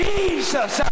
Jesus